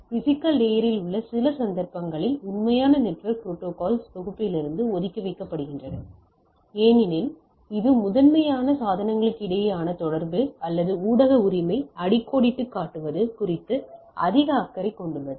physical layer இல் உள்ள சில சந்தர்ப்பங்களில் உண்மையான நெட்வொர்க் புரோட்டோகால்ஸ் தொகுப்பிலிருந்து ஒதுக்கி வைக்கப்படுகின்றன ஏனெனில் இது முதன்மையாக சாதனங்களுக்கிடையேயான தொடர்பு அல்லது ஊடக உரிமை அடிக்கோடிட்டுக் காட்டுவது குறித்து அதிக அக்கறை கொண்டுள்ளது